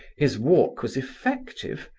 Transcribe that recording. his walk was effective,